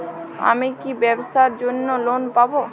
আমি কি ব্যবসার জন্য লোন পাব?